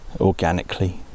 organically